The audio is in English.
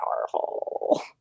powerful